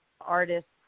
artists